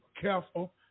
careful